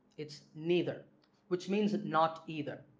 it's neither which means not either.